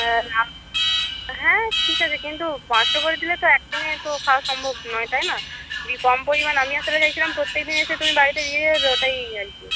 লাউ হ্যাঁ ঠিক আছে কিন্তু পাঁচশো করে দিলে তো এক দিনে তো খাওয়া সম্ভব নয় তাই না কম পরিমাণ আমি আসলে চাইছিলাম প্রত্যেক দিন এসে তুমি বাড়িতে দিয়ে যাবে ওটাই আর কি